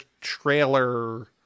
trailer